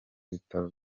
bitaro